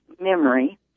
memory